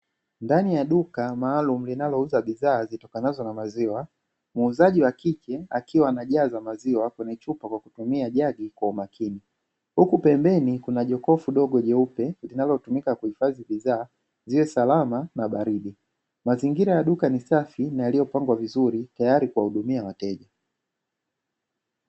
Ndani ya duka maalumu linalouza bidhaa zitokanazo na maziwa, muuzaji wa kike, akiwa anajaza maziwa kwenye chupa kwa kutumia jagi kwa umakini; huku pembeni kuna jokofu dogo jeupe linaotumika kuhifahdi bidhaa ziwe salama na baridi mazingira ya duka ni safi na yaliyopangwa vizuri tayari kuwahudumia wateja.